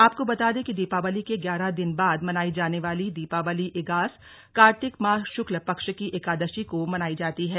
आपको बता दें कि दीपावली के ग्यारह दिन बाद मनायी जाने वाली दीपावली इगास कार्तिक मास शुक्ल पक्ष की एकादशी को मनायी जाती है